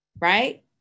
right